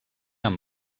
amb